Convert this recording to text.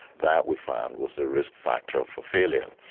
that we found was a risk factor for failure.